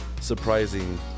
surprising